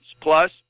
Plus